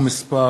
(תיקון מס'